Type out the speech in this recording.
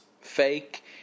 fake